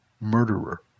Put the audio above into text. murderer